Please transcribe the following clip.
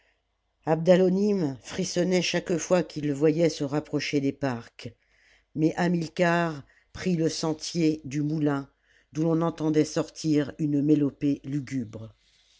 abdalonim frissonnait chaque fois qu'il le voyait se rapprocher des parcs mais hamilcar prit le sentier du moulin d'où l'on entendait sortir une mélopée lugubre